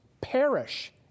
perish